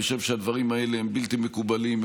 אני חושב שהדברים האלה בלתי מקובלים,